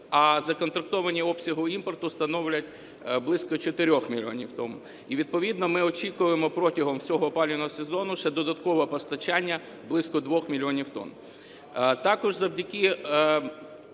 а законтрактовані обсяги імпорту становлять близько 4 мільйонів тонн. І відповідно ми очікуємо протягом всього опалювального сезону ще додаткове постачання близько 2 мільйонів тонн. Також завдяки